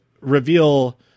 reveal